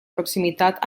proximitat